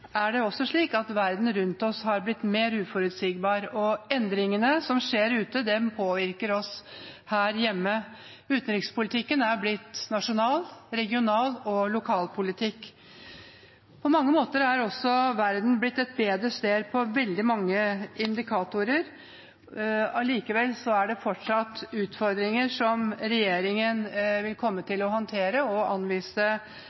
er det også slik at verden rundt oss har blitt mer uforutsigbar, og endringene som skjer ute, påvirker oss her hjemme. Utenrikspolitikken er blitt nasjonal, regional og lokalpolitikk. På mange måter, på veldig mange indikatorer, er også verden blitt et bedre sted. Allikevel er det fortsatt utfordringer, som regjeringen vil komme